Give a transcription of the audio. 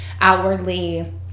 outwardly